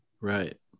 right